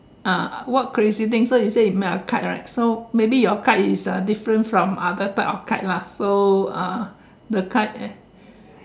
ah what crazy thing so you say you made a kite right so maybe your kite is uh different from other type of kite lah so uh the kite leh